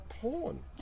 porn